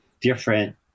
different